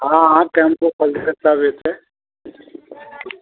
हँ हँ टेम्पो पकड़िके तब एतै नवगछिआ कहाँ जेतै